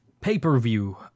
pay-per-view